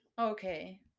Okay